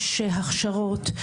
יש הכשרות,